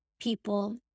people